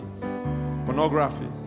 pornography